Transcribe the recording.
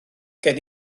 gen